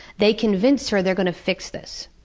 they convince her they're going to fix this.